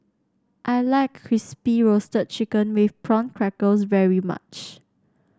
I like Crispy Roasted Chicken with Prawn Crackers very much